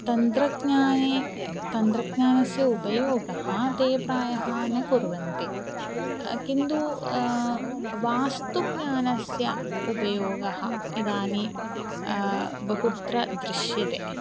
तन्त्रज्ञाने व तन्त्रज्ञानस्य उपयोगः ते प्रायः न कुर्वन्ति किन्तु वास्तुज्ञानस्य उपयोगः इदानीं बहुत्र दृश्यते